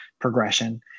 progression